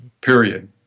period